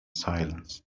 silence